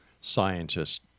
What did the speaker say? scientists